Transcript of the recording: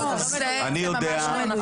זה ממש לא נכון.